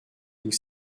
tout